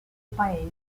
paese